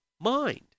Mind